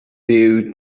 beau